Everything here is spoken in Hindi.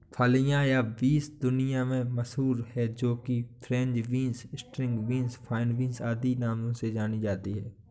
फलियां या बींस दुनिया भर में मशहूर है जो कि French beans, string beans, fine beans आदि नामों से जानी जाती है